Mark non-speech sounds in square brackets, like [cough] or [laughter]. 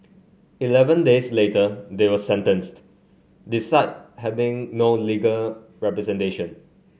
eleven days later they were sentenced [unintelligible] having no legal representation